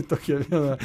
tokią vieną